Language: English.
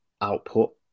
output